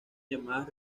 llamadas